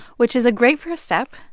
which is a great first step.